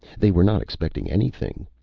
they were not expecting anything.